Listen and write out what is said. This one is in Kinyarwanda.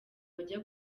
bajya